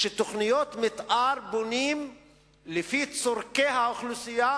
שתוכניות מיתאר בונים לפי צורכי האוכלוסייה,